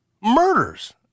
murders